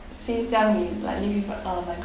since young we like live with uh my